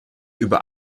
über